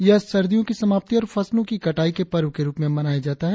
यह सर्दियों की समाप्ति और फसलो की कटाई के पर्व के रुप में मनाया जाता है